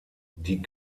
die